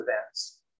events